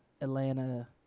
Atlanta